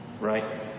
Right